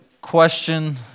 question